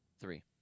Three